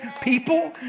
people